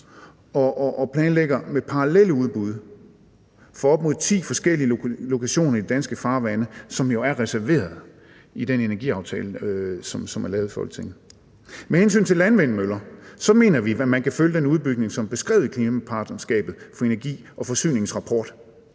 og planlægger med parallelle udbud for op til ti forskellige lokationer i de danske farvande, som jo er reserveret i den energiaftale, der er lavet i Folketinget. Med hensyn til landvindmøller mener vi, at man kan følge den udbygning, som er beskrevet i klimapartnerskabet for energi og forsynings rapport,